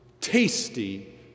tasty